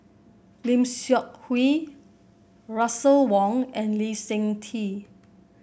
Lim Seok Hui Russel Wong and Lee Seng Tee